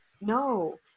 no